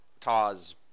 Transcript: Taws